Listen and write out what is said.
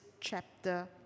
chapter